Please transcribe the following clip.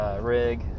rig